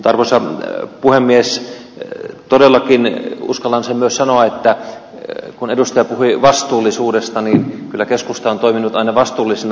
mutta arvoisa puhemies todellakin uskallan sen myös sanoa kun edustaja puhui vastuullisuudesta että kyllä keskusta on toiminut aina vastuullisena